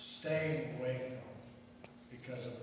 say because of